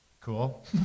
cool